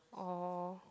oh